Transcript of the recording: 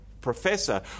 Professor